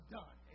done